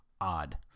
Odd